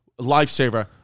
Lifesaver